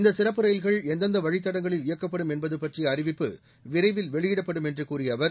இந்த சிறப்பு ரயில்கள் எந்தெந்த வழித்தடங்களில் இயக்கப்படும் என்பது பற்றிய அறிவிப்பு விரைவில் வெளியிடப்படும் என்று கூறிய அவர்